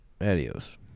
Adios